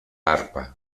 arpa